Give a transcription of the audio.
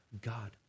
God